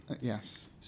Yes